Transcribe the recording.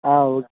okay